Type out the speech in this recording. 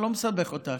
אני לא מסבך אותך,